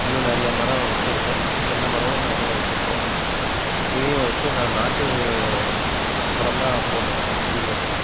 இன்னும் நிறையா மரம் வச்சிருக்கேன் தென்னை மரமும் நிறையா வச்சிருக்கேன் இதையும் வச்சி நான் நாட்டு உரந்தான் போடுறேன் செடிகளுக்கெல்லாம்